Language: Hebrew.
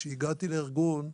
כשהגעתי לארגון,